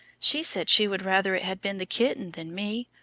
she said she would rather it had been the kitten than me.